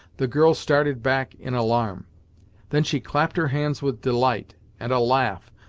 the girl started back in alarm then she clapped her hands with delight, and a laugh,